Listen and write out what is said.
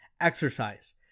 exercise